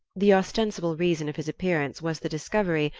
the ostensible reason of his appearance was the discovery,